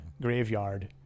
graveyard